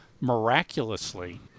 miraculously